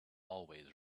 always